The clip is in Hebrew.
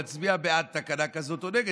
להצביע בעד תקנה כזאת או נגד?